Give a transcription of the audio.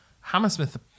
Hammersmith